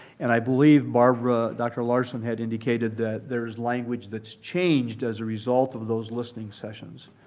and i believe barbara, dr. larson had indicated that there's language that's changed as a result of those listening sessions.